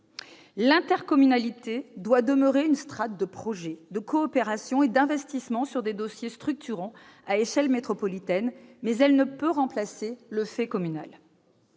L'intercommunalité doit demeurer une strate de projets, de coopération et d'investissements sur des dossiers structurants à l'échelle métropolitaine ; elle ne peut remplacer le fait communal.